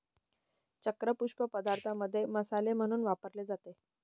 चक्र पुष्प पदार्थांमध्ये मसाले म्हणून वापरले जाते